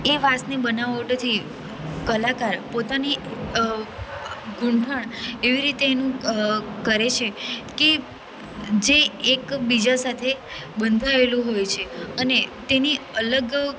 એ વાંસની બનાવટોથી કલાકાર પોતાની ગૂંથણ એવી રીતે એનું કરે છે કે જે એકબીજા સાથે બંધાએલું હોય છે અને તેની અલગ